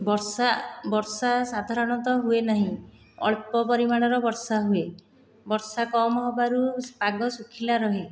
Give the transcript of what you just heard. ବର୍ଷା ବର୍ଷା ସାଧାରଣତଃ ହୁଏନାହିଁ ଅଳ୍ପ ପରିମାଣର ବର୍ଷା ହୁଏ ବର୍ଷା କମ ହେବାରୁ ପାଗ ଶୁଖିଲା ରୁହେ